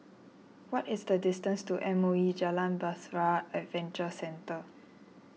what is the distance to M O E Jalan Bahtera Adventure Centre